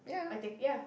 I think ya